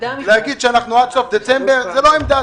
להגיד שאנחנו עד סוף דצמבר זו לא עמדה.